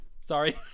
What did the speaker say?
sorry